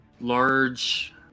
large